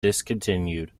discontinued